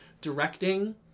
Directing